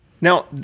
Now